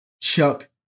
Chuck